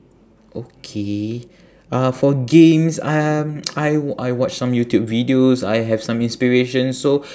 okay uh for games um I w~ I watch some youtube videos I have some inspiration so